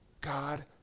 God